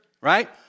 right